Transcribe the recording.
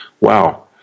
Wow